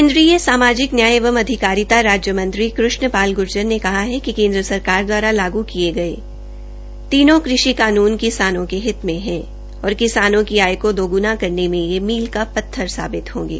केंद्रीय सामाजिक न्याय एवं आधिकारिता राज्य मंत्री कृष्ण पाल गुर्जर ने कहा है कि केंद्र सरकार दवारा लागू किए गए तीनों कृषि कानून किसानों के हित में हैं और किसानों की आय को दोग्ना करने में यह मील का पत्थर साबित होंगे